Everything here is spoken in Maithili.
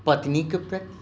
पत्नीक प्रति